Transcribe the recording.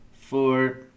four